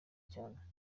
cyane